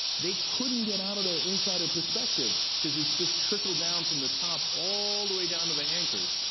they couldn't get out of their insider perspective because it just trickled down from the top all the way down to the anchors,